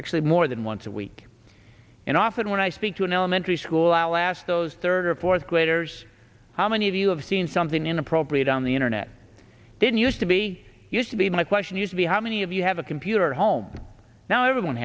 actually more than once a week and often when i speak to an elementary school i'll ask those third or fourth graders how many of you have seen something inappropriate on the internet didn't used to be used to be my question you should be how many of you have a computer home now everyone